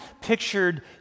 pictured